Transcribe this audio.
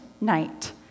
night